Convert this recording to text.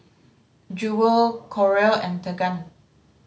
Jewell Carole and Tegan